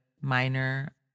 minor